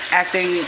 acting